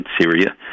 Syria